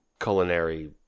culinary